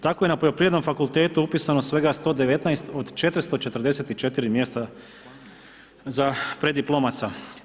Tako je na Poljoprivrednom fakultetu upisano svega 119 od 444 mjesta za preddiplomaca.